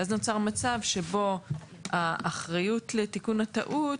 נוצר מצב שבו האחריות לתיקון הטעות